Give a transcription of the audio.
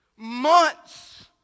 Months